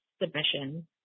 submission